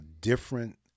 different